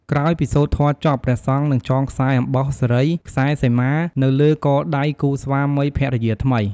ក្រោយពីសូត្រធម៌ចប់ ព្រះសង្ឃនឹងចងខ្សែអំបោះសិរី ខ្សែសីមា នៅលើកដៃគូស្វាមីភរិយាថ្មី។